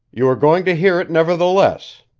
you are going to hear it, nevertheless!